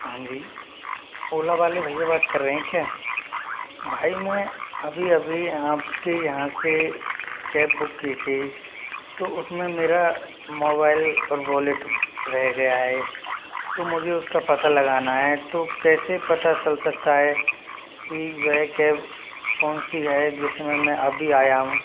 हाँ जी ओला वाले भय्या बात कर रहे हैं क्या भाई मैं अभी अभी आप के यहाँ से कैब बुक की थी तो उस में मेरा मोबाइल और वॉलेट रह गया है तो मुझे उस का पता लगाना है तो कैसे पता चल सकता है कि वे कैब कौनसी है जिस में मैं अभी आया हूँ